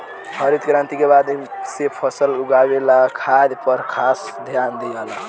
हरित क्रांति के बाद से फसल उगावे ला खाद पर खास ध्यान दियाला